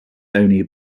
only